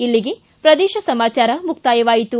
ಇಲ್ಲಿಗೆ ಪ್ರದೇಶ ಸಮಾಚಾರ ಮುಕ್ತಾಯವಾಯಿತು